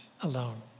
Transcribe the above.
alone